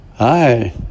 Hi